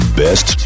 best